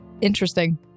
Interesting